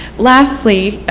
lastly,